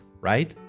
right